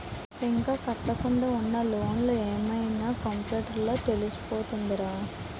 ఇంకా కట్టకుండా ఉన్న లోన్లు ఏమున్న కంప్యూటర్ లో తెలిసిపోతదిరా